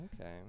Okay